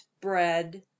bread